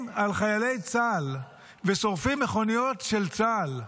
על חיילי צה"ל ושורפים מכוניות של צה"ל,